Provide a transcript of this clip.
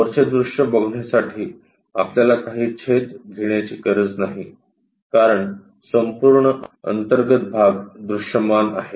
वरचे दृश्यबघण्यासाठी आपल्याला काही छेद घेण्याची गरज नाही कारण संपूर्ण अंतर्गत भाग दृश्यमान आहे